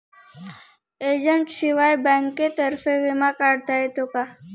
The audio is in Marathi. एजंटशिवाय बँकेतर्फे विमा काढता येतो का?